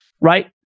right